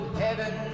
heaven